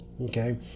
okay